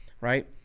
Right